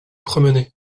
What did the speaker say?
promener